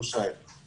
שלושה שבועות האלה,